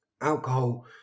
Alcohol